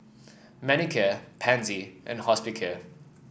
Manicare Pansy and Hospicare